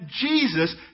Jesus